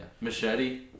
Machete